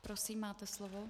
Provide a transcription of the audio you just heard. Prosím, máte slovo.